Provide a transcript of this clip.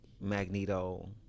Magneto